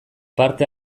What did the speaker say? parte